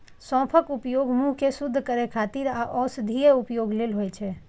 सौंफक उपयोग मुंह कें शुद्ध करै खातिर आ औषधीय उपयोग लेल होइ छै